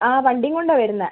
അ വണ്ടീം കൊണ്ടാ വരുന്നേ